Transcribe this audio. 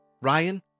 Ryan